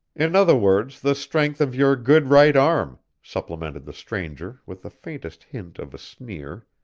in other words, the strength of your good right arm, supplemented the stranger, with the faintest hint of a sneer.